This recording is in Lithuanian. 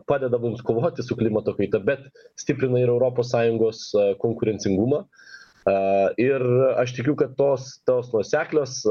padeda mums kovoti su klimato kaita bet stiprina ir europos sąjungos konkurencingumą a ir aš tikiu kad tos tos nuoseklios